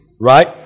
right